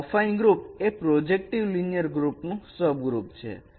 અને affine group તે projective linear group નું સબગ્રુપ છે